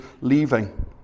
leaving